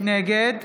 נגד